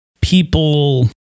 People